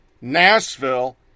Nashville